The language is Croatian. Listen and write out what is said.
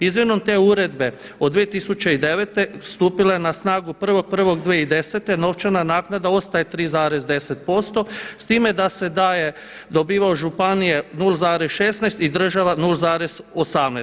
Izmjenom te uredbe od 2009. stupila je na snagu 1.1.2010., novčana naknada ostaje 3,10% s time da se daje, dobivaju županije 0,16 i država 0,18.